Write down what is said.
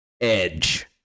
edge